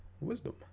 wisdom